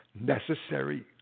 necessary